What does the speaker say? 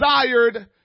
desired